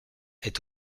est